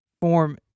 form